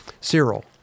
Cyril